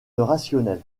rationnel